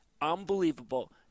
unbelievable